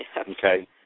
Okay